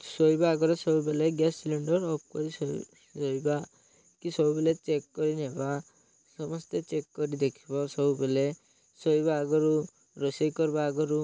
ଶୋଇବା ଆଗରେ ସବୁବେଲେ ଗ୍ୟାସ୍ ସିଲିଣ୍ଡର ଅଫ୍ କରି ଶୋଇରହିବା କି ସବୁବେଲେ ଚେକ୍ କରି ନେବା ସମସ୍ତେ ଚେକ୍ କରି ଦେଖିବ ସବୁବେଲେ ଶୋଇବା ଆଗରୁ ରୋଷେଇ କରିବା ଆଗରୁ